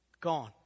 gone